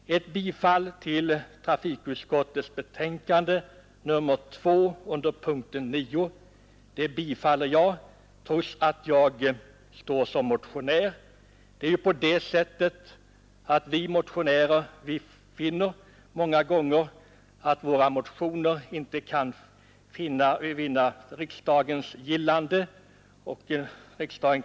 Jag yrkar bifall till utskottsmajoritetens hemställan i trafikutskottets betänkande nr 2 under punkten 9, trots att jag står som motionär. Vi motionärer finner många gånger att våra motioner inte kan bifallas av riksdagen.